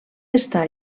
estar